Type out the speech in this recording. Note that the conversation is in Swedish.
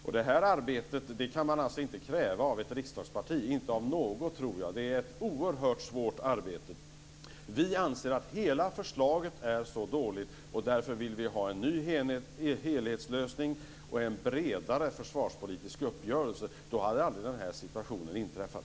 Jag tror inte att man kan kräva det här arbetet av något riksdagsparti. Det är ett oerhört svårt arbete. Vi anser att hela förslaget är dåligt, och därför vill vi ha en ny helhetslösning och en bredare försvarspolitisk uppgörelse. Med en sådan hade den här situationen aldrig inträffat.